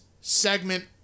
segment